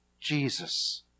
Jesus